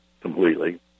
completely